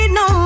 no